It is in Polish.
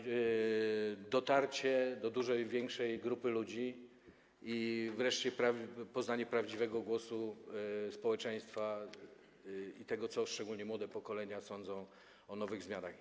Zapewni nam ona dotarcie do dużej, większej grupy ludzi i wreszcie poznanie prawdziwego głosu społeczeństwa, tego, co szczególnie młode pokolenie sądzi o nowych zmianach.